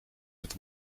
het